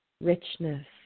richness